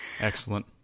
Excellent